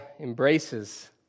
embraces